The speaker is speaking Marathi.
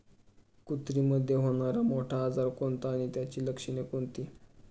कुत्रीमध्ये होणारा मोठा आजार कोणता आणि त्याची लक्षणे कोणती?